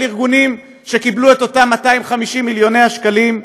ארגונים שקיבלו את אותם 250 מיליוני שקלים,